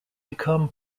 become